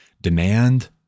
demand